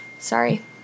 sorry